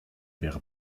wäre